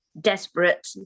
desperate